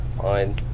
Fine